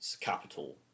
capital